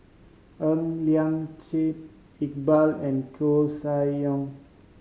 Ng Liang Chiang Iqbal and Koeh Sia Yong